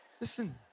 Listen